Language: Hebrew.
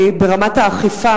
ברמת האכיפה,